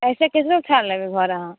ऐसे कैसे छान लेबै घर अहाँ